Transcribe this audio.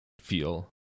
feel